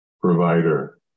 provider